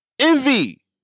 envy